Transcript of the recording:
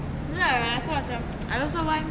no lah when I saw macam I also want